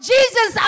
Jesus